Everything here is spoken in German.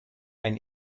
ein